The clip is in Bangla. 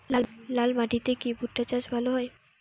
লাল মাটিতে কি ভুট্টা চাষ ভালো হয়?